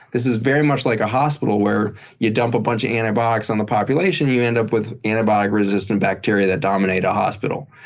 this is very much like a hospital where you dump a bunch of antibiotics on the population, you end up with antibiotic-resistant bacteria that dominate a hospital.